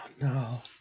no